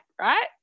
right